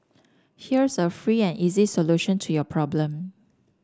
here's a free and easy solution to your problem